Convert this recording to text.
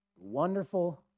Wonderful